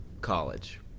College